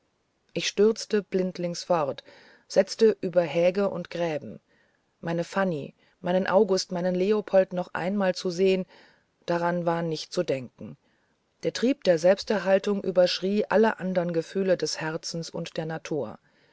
ich stürzte blindlings fort setzte über häge und gräben meine fanny meinen august meinen leopold noch einmal zu sehen daran war nicht zu denken der trieb der selbsterhaltung überschrie alle andern gefühle des herzens und der natur